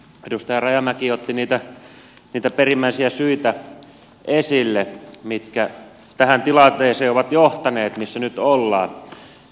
edustaja rajamäki otti niitä perimmäisiä syitä esille mitkä tähän tilanteeseen ovat johtaneet missä nyt ollaan